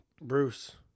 Bruce